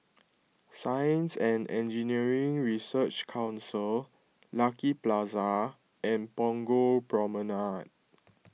Science and Engineering Research Council Lucky Plaza and Punggol Promenade